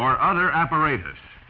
or other operators